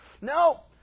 No